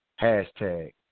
hashtag